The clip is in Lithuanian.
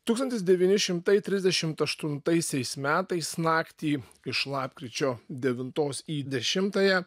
tūkstantis devyni šimtai trisdešimt aštuntaisiais metais naktį iš lapkričio devintos į dešimtąją